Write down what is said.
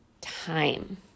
time